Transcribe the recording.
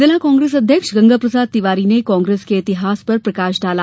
जिला कांग्रेस अध्यक्ष गंगा प्रसाद तिवारी ने कांग्रेस के इतिहास पर प्रकाश डाला